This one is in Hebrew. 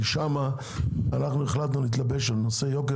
כי שם אנחנו החלטנו להתלבש על נושא יוקר